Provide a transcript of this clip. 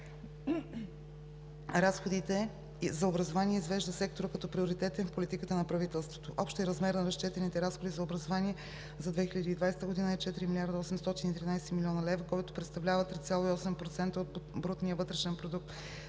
разходите за образование и извежда сектора като приоритетен в политиката на правителството. Общият размер на разчетените разходи за образование за 2020 г. е 4 млрд. 813 млн. лв., което представлява 3,8% от БВП. Приоритетите, към